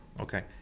okay